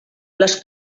les